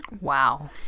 Wow